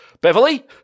Beverly